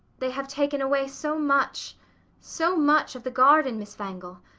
they have taken away so much so much of the garden, miss wangel.